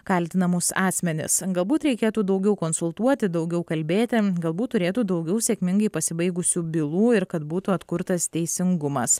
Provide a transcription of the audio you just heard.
kaltinamus asmenis galbūt reikėtų daugiau konsultuoti daugiau kalbėti galbūt turėtų daugiau sėkmingai pasibaigusių bylų ir kad būtų atkurtas teisingumas